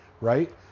right